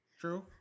True